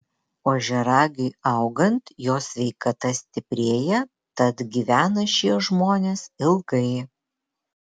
ožiaragiui augant jo sveikata stiprėja tad gyvena šie žmonės ilgai